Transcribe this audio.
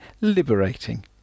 liberating